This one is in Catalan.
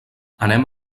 anem